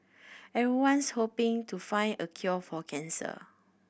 everyone's hoping to find a cure for cancer